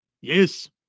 Yes